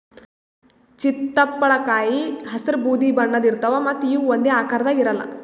ಚಿತ್ತಪಳಕಾಯಿ ಹಸ್ರ್ ಬೂದಿ ಬಣ್ಣದ್ ಇರ್ತವ್ ಮತ್ತ್ ಇವ್ ಒಂದೇ ಆಕಾರದಾಗ್ ಇರಲ್ಲ್